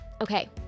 okay